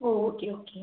O okay okay